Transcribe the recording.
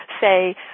say